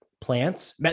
plants